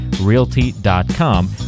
realty.com